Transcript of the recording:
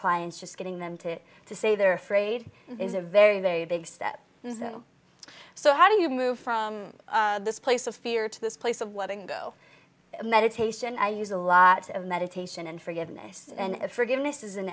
clients just getting them to to say they're afraid is a very very big step so how do you move from this place of fear to this place of what ingo meditation i use a lot of meditation and forgiveness and forgiveness is in